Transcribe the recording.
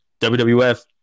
WWF